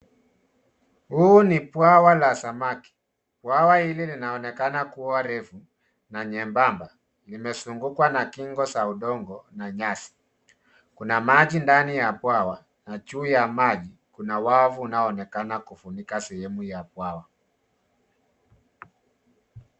Huu ni bwawa la samaki. Bwawa hili linaonekana kua refu na nyembamba. Limezungukwa na kingo za udongo na nyasi. Kuna maji ndani ya bwawa, na juu ya maji kuna wavu unaoonekana kufunika sehemu ya bwawa.